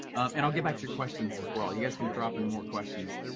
and i'll get back to your questions, as well. you guys can drop in more questions.